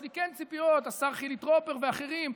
כן יש לי ציפיות מהשר חילי טרופר ואחרים,